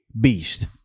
beast